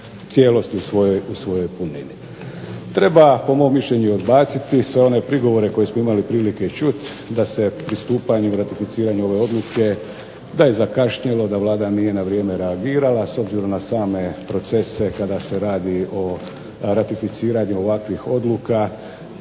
cijelosti, u svojoj punini. Treba po mom mišljenju odbaciti sve one prigovore koje smo imali prilike čuti da se pristupanju i ratificiranju ove odluke, da je zakašnjelo, da Vlada nije na vrijeme reagirala s obzirom na same procese kada se radi o ratificiranju ovakvih odluka